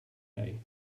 day